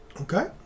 Okay